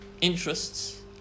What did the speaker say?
interests